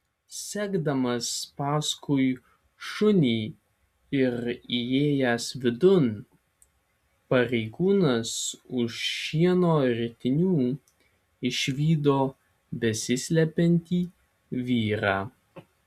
sekdamas paskui šunį ir įėjęs vidun pareigūnas už šieno ritinių išvydo besislepiantį vyrą